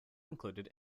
included